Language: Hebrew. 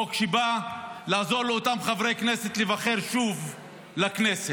חוק שבא לעזור לאותם חברי כנסת להיבחר שוב לכנסת.